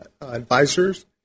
advisors